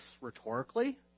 rhetorically